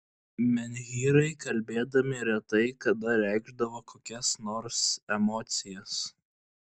menhyrai kalbėdami retai kada reikšdavo kokias nors emocijas